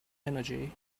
energy